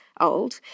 old